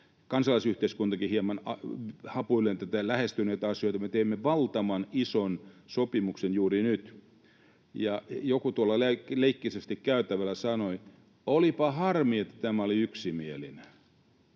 kansalaisyhteiskuntakin hieman hapuillen lähestyy näitä asioita. Me teemme valtavan ison sopimuksen juuri nyt. Joku tuolla käytävällä leikkisästi sanoi, että olipa harmi, että tämä oli yksimielinen.